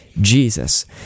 Jesus